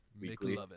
weekly